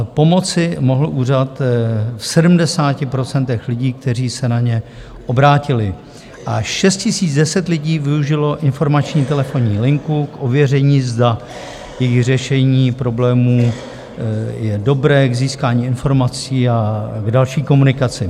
Pomoci mohl úřad v 70 procentech lidí, kteří se na něj obrátili, a 6 010 lidí využilo informační telefonní linku k ověření, zda jejich řešení problémů je dobré, k získání informací a k další komunikaci.